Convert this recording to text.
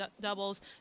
doubles